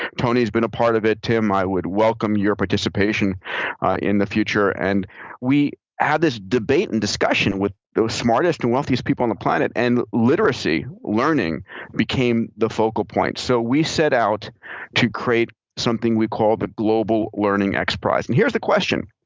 tony's been a part of it. tim, i would welcome your participation in the future. and we have this debate and discussion with those smartest and wealthiest people on the planet, and literacy, learning became the focal point. so we set out to create something we called the global learning xprize. and here's the question.